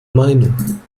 meinung